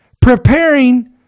preparing